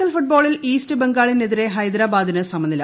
L ഫുട്ബോളിൽ east ബംഗാളിനെതിരെ ഹൈദരാബാദിന് സമനില